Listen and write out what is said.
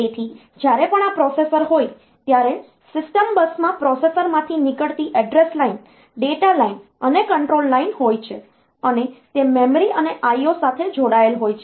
તેથી જ્યારે પણ આ પ્રોસેસર હોય ત્યારે સિસ્ટમ બસમાં પ્રોસેસરમાંથી નીકળતી એડ્રેસ લાઇન ડેટા લાઇન અને કંટ્રોલ લાઇન હોય છે અને તે મેમરી અને IO સાથે જોડાયેલ હોય છે